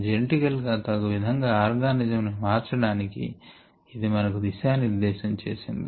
genetical గా తగు విధంగా ఆర్గానిజం ని మార్చడానికి ఇది మనకు దిశా నిర్దేశం చేసింది